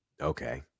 Okay